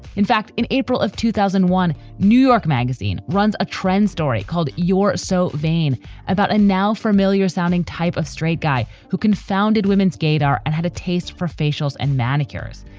in fact, in april of two thousand and one, new york magazine runs a trend story called you're so vain about a now familiar sounding type of straight guy who confounded women's gaydar and had a taste for facials and manicures.